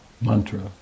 mantra